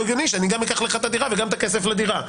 הגיוני שאני גם אקח לך את הדירה וגם את הכסף לדירה,